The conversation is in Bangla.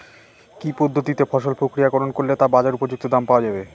কি পদ্ধতিতে ফসল প্রক্রিয়াকরণ করলে তা বাজার উপযুক্ত দাম পাওয়া যাবে?